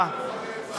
תודה רבה,